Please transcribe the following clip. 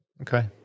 Okay